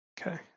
Okay